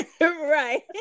right